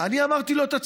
אני אמרתי לו: אתה צודק.